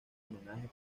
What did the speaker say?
homenaje